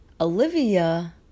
Olivia